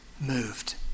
moved